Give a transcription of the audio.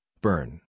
burn